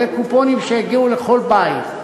על-ידי קופונים שיגיעו לכל בית,